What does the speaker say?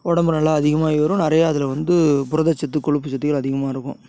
உடம்பு நல்லா அதிகமாக ஏறும் நிறையா அதில் வந்து புரதச்சத்து கொழுப்பு சத்துக்கள் அதிகமாக இருக்கும்